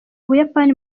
buyapani